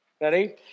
Ready